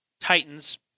Titans